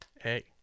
Hey